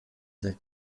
der